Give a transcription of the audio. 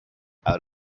out